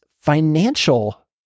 financial